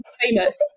famous